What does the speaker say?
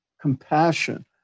compassion